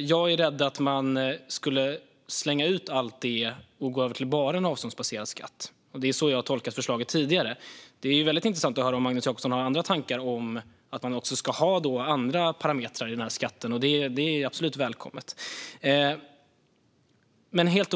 Jag är rädd att man skulle slänga ut allt det och gå över till bara en avståndsbaserad skatt. Så har jag tolkat förslaget tidigare. Det vore intressant att höra om Magnus Jacobsson har andra tankar om att också ha andra parametrar i den skatten. Det är absolut välkommet.